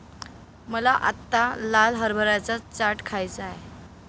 मला आत्ता लाल हरभऱ्याचा चाट खायचा आहे